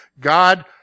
God